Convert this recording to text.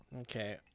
okay